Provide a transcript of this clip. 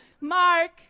mark